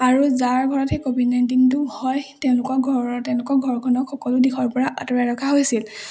আৰু যাৰ ঘৰত সেই ক'ভিড নাইণ্টিনটো হয় তেওঁলোকৰ ঘৰৰ তেনেকুৱা ঘৰখনৰ সকলো দিশৰ পৰা আঁতৰাই ৰখা হৈছিল